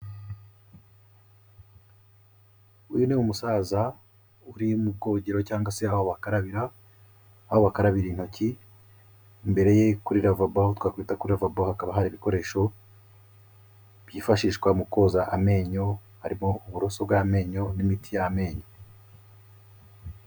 Uyu ni umusaza uri mu bwogero cyangwa se aho bakarabira, aho bakarabira intoki, imbere ye kuri lavabo aho twakwita kuri lavabo hakaba hari ibikoresho byifashishwa mu koza amenyo harimo uburoso bw'amenyo n'imiti y'amenyo.